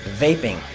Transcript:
vaping